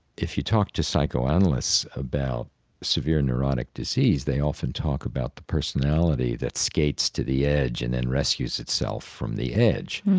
if you talk to psychoanalysts about severe neurotic disease, they often talk about the personality that skates to the edge and then rescues itself from the edge.